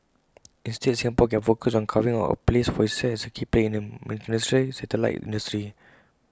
instead Singapore can focus on carving out A place for itself as A key player in miniaturised satellite industry